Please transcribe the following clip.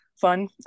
fun